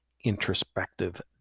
introspective